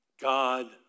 God